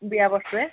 বিয়াৰ বস্তুৱে